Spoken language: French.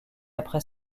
après